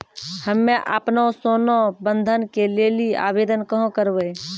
हम्मे आपनौ सोना बंधन के लेली आवेदन कहाँ करवै?